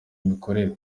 imikorere